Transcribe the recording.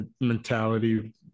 mentality